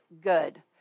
good